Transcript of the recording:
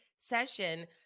session